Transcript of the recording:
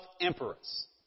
emperors